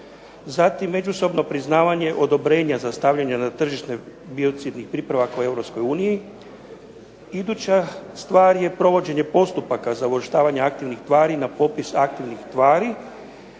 Zatim, međusobno priznavanje odobrenja za stavljanje na tržište biocidnih pripravaka u EU. Iduća stvar je provođenja postupaka za uvrštavanje aktivnih tvari na popis aktivnih tvari.